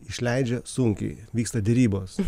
išleidžia sunkiai vyksta derybos